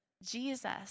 Jesus